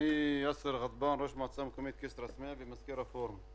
אני ראש המועצה המקומית כסרא סמיע ומזכיר הפורום.